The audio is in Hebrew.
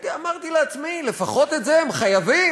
אמרתי לעצמי: לפחות את זה הם חייבים.